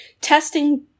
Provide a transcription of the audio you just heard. testing